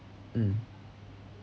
mm